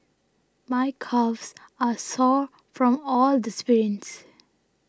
my calves are sore from all the sprints